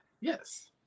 Yes